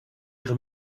ihre